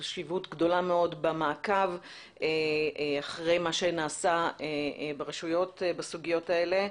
מכך במעקב אחרי מה שנעשה ברשויות בסוגיות האלה,